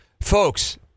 Folks